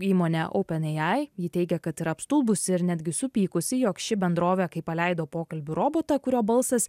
įmonę openai ji teigia kad ir apstulbusi ir netgi supykusi jog ši bendrovė kai paleido pokalbių robotą kurio balsas